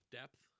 depth